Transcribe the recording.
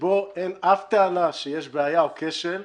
שבו אין אף טענה שיש בעיה או כשל,